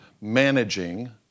managing